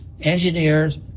engineers